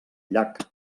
llac